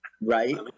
right